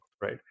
right